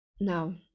now